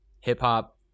hip-hop